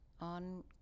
on